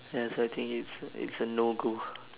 ya so I think it's a it's a no go